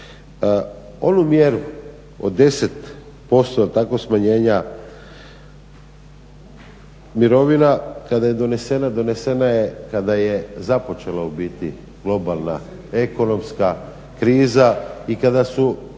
Onu mjeru od 10% tako smanjenja mirovina, kada je donesena, donesena je kada je započela u biti globalna ekonomska kriza i kada su